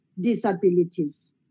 disabilities